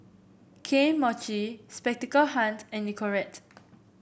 Kane Mochi Spectacle Hut and Nicorette